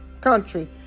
country